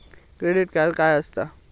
Credit card काय असता?